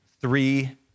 Three